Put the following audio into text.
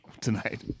tonight